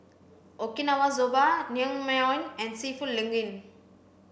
Okinawa Soba Naengmyeon and Seafood Linguine